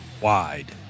wide